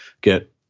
get